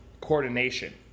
coordination